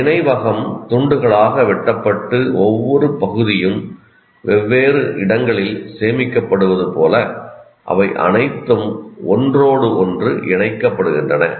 நினைவகம் துண்டுகளாக வெட்டப்பட்டு ஒவ்வொரு பகுதியும் வெவ்வேறு இடங்களில் சேமிக்கப்படுவது போல அவை அனைத்தும் ஒன்றோடொன்று இணைக்கப்படுகின்றன